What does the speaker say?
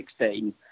2016